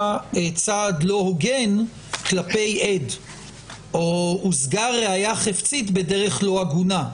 צעד לא הוגן כלפי עד או הושגה ראיה חפצית בדרך לא הגונה.